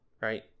Right